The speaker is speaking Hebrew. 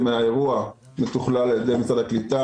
האירוע מתוכלל על ידי משרד הקליטה.